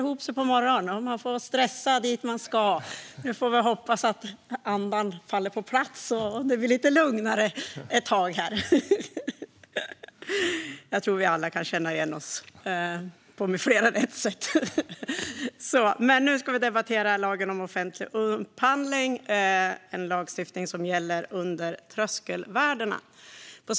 Herr talman! Vi ska debattera lagen om offentlig upphandling. Det är en lagstiftning som gäller upphandling under tröskelvärdena.